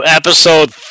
episode